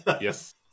yes